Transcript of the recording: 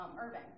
Irving